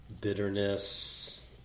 bitterness